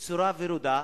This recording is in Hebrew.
בצורה ורודה.